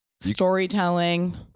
Storytelling